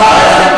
אם אין מקום,